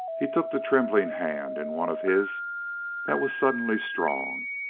he took the trembling hand in one of his that was suddenly strong,